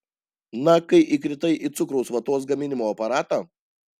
na kai įkritai į cukraus vatos gaminimo aparatą